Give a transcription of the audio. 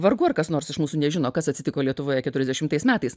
vargu ar kas nors iš mūsų nežino kas atsitiko lietuvoje keturiasdešimtais metais